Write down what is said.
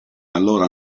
allora